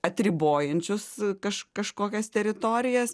atribojančius kaž kažkokias teritorijas